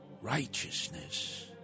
Righteousness